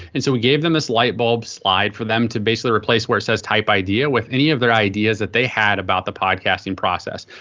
and so we gave them this light bulb slide for them to basically replace where it says type idea with any of their ideas that they had about the podcasting process.